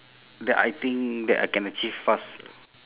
that I think that I can achieve fast